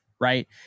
Right